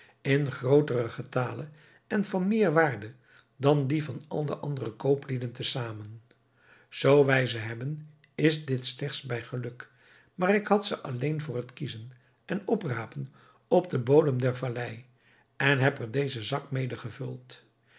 in grooteren getale en van meer waarde dan die van al de andere kooplieden te zamen zoo wij ze hebben is dit slechts bij geluk maar ik had ze alleen voor het kiezen en oprapen op den bodem der vallei en heb er dezen zak mede gevuld